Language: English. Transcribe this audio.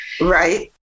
right